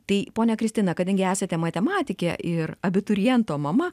tai ponia kristina kadangi esate matematikę ir abituriento mama